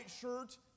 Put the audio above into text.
shirt